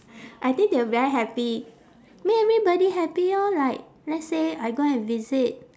I think they will very happy make everybody happy orh like let's say I go and visit